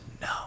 no